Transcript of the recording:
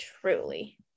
truly